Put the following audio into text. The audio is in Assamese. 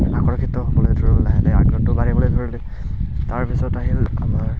আগ্ৰহ ক্ষেত্ৰ হ'বলৈ ধৰিলে লাহে লাহে আগ্ৰটো বাঢ়িবলৈ ধৰিলে তাৰপিছত আহিল আমাৰ